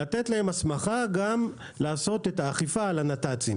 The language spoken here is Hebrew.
לתת להם הסמכה גם לעשות האכיפה על הנת"צים.